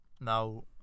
now